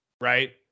right